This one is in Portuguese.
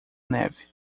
neve